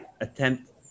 attempt